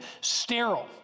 sterile